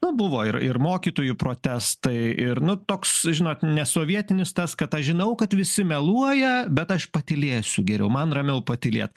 na buvo ir ir mokytojų protestai ir nu toks žinot ne sovietinis tas kad aš žinau kad visi meluoja bet aš patylėsiu geriau man ramiau patylėt